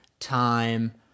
time